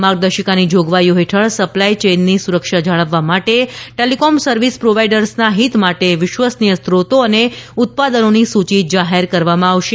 માર્ગદર્શિકાની જોગવાઇઓ હેઠળ સપ્લાય ચેઇનની સુરક્ષા જાળવવા માટે ટેલિકોમ સર્વિસ પ્રોવાઇડર્સના હિત માટે વિશ્વસનીય સ્રો િતો અને ઉત્પાદનોની સૂચિ જાહેર કરવામાં આવશે